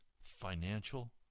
financial